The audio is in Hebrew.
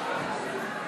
לכבד אותו,